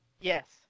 Yes